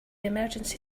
emergency